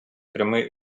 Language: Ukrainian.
прямий